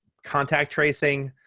contact tracing.